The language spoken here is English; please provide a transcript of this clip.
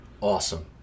awesome